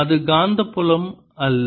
அது காந்தப்புலம் அல்ல